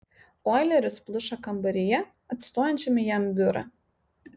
oileris pluša kambaryje atstojančiame jam biurą